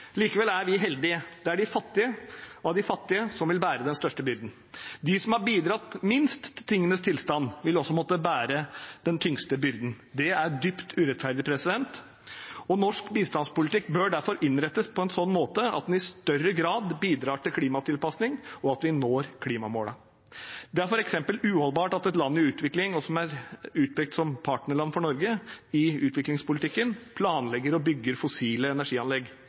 Likevel er vi heldige. Det er de fattigste av de fattige som vil bære den største byrden. De som har bidratt minst til tingenes tilstand, vil også måtte bære den tyngste byrden. Det er dypt urettferdig, og norsk bistandspolitikk bør derfor innrettes på en slik måte at den i større grad bidrar til klimatilpassing og til at vi når klimamålene. For eksempel er det uholdbart at et land i utvikling som er utpekt som partnerland for Norge i utviklingspolitikken, planlegger og bygger fossile energianlegg.